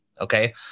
Okay